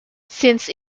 since